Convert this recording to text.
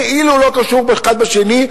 כאילו לא קשור אחד בשני,